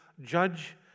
Judge